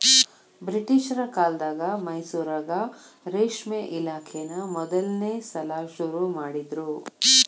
ಬ್ರಿಟಿಷರ ಕಾಲ್ದಗ ಮೈಸೂರಾಗ ರೇಷ್ಮೆ ಇಲಾಖೆನಾ ಮೊದಲ್ನೇ ಸಲಾ ಶುರು ಮಾಡಿದ್ರು